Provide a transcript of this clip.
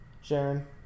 Sharon